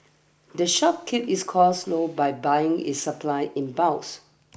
the shop keeps its costs low by buying its supplies in bulks